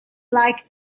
like